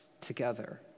together